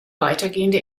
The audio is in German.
weitergehende